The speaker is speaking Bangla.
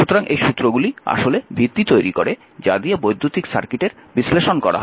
সুতরাং এই সূত্রগুলি আসলে ভিত্তি তৈরি করে যা দিয়ে বৈদ্যুতিক সার্কিটের বিশ্লেষণ করা হয়